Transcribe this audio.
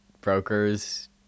brokers